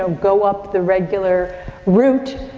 go go up the regular route.